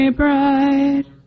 bride